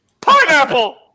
Pineapple